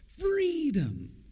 freedom